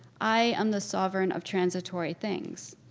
i am the sovereign of transitory things.